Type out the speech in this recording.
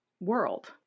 world